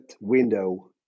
window